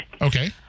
Okay